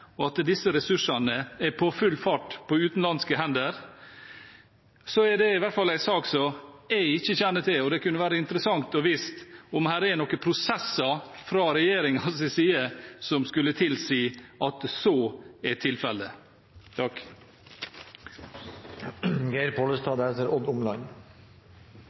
er på full fart over på utenlandske hender. Det er i så fall en sak som jeg ikke kjenner til, og det kunne være interessant å vite om det er noen prosesser her fra regjeringens side som skulle tilsi at så er tilfellet.